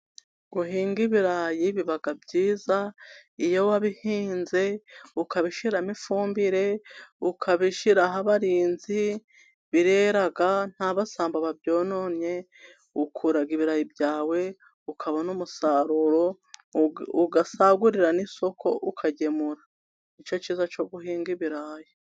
Guhinga ibirayi biba byiza iyo wabihinze ukaba ushiramo ifumbire, ukabishiraho abarinzi, birera nta basambo babyononye, ukura ibirayi byawe ukabona n' umusaruro ugasagurira n' isoko ukagemura nicyo cyiza cyo guhinga ibirayi.